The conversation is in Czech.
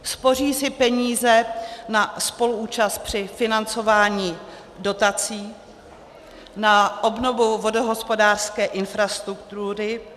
Spoří si peníze na spoluúčast při financování dotací, na obnovu vodohospodářské infrastruktury.